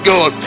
God